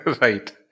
Right